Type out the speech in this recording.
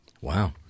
Wow